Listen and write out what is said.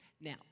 Now